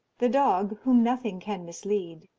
the dog, whom nothing can mislead,